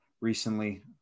recently